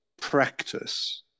practice